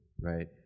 right